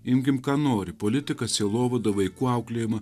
imkim ką nori politiką sielovadą vaikų auklėjimą